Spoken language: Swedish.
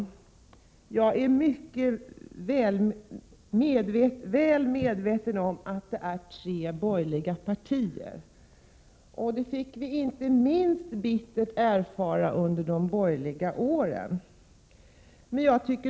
Jag är mycket väl medveten om att det är fråga om tre borgerliga partier, Stig Josefson. Detta fick vi inte minst bittert erfara under de borgerliga åren.